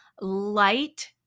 light